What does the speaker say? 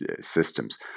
systems